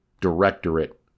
directorate